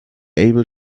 able